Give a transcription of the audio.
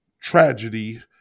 tragedy